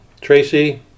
Tracy